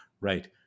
right